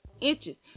inches